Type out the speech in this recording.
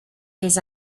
his